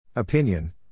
Opinion